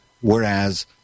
whereas